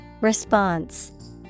Response